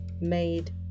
made